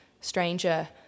stranger